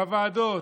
בוועדות,